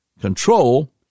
control